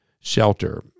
shelter